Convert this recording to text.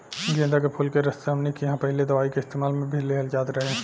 गेन्दा के फुल के रस से हमनी किहां पहिले दवाई के इस्तेमाल मे भी लिहल जात रहे